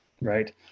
right